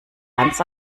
ganz